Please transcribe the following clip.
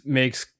makes